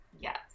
Yes